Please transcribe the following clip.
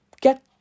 get